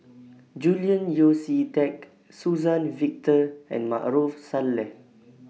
Julian Yeo See Teck Suzann Victor and Maarof Salleh